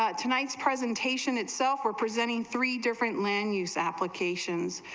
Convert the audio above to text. ah tonight's presentation itself for presenting three different lan use applications,